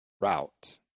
route